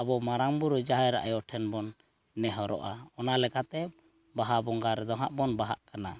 ᱟᱵᱚ ᱢᱟᱨᱟᱝ ᱵᱩᱨᱩ ᱡᱟᱦᱮᱨ ᱟᱭᱳ ᱴᱷᱮᱱ ᱵᱚᱱ ᱱᱮᱦᱚᱨᱚᱜᱼᱟ ᱚᱱᱟ ᱞᱮᱠᱟᱛᱮ ᱵᱟᱦᱟ ᱵᱚᱸᱜᱟ ᱨᱮᱫᱚ ᱦᱟᱸᱜ ᱵᱚᱱ ᱵᱟᱦᱟᱜ ᱠᱟᱱᱟ